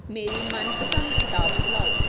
ਮੇਰੀ ਮਨਪਸੰਦ ਕਿਤਾਬ ਚਲਾਓ